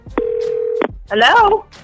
Hello